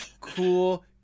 cool